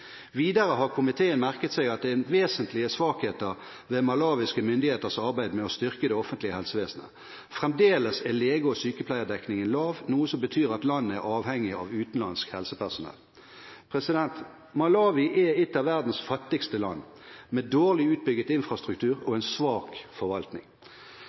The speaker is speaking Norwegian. Videre har komiteen merket seg at det er vesentlige svakheter ved malawiske myndigheters arbeid med å styrke det offentlige helsevesen. Fremdeles er lege- og sykepleierdekningen lav, noe som betyr at landet er avhengig av utenlandsk helsepersonell. Malawi er et av verdens fattigste land – med dårlig utbygget infrastruktur og en svak forvaltning.